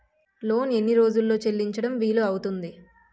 Loan ఎన్ని రోజుల్లో చెల్లించడం వీలు అవుతుంది?